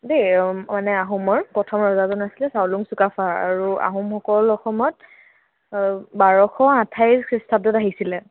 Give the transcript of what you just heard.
দেই মানে আহোমৰ প্ৰথম ৰজাজন আছিলে চাউলুং চুকাফা আৰু আহোমসকল অসমত বাৰশ আঠাইছ খ্ৰীষ্টাব্দত আহিছিলে